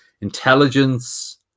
Intelligence